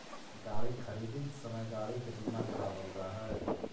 गाड़ी खरीदित समय गाड़ी के बीमा करावल जा हई